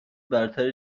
برتر